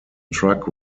truck